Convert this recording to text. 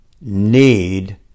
need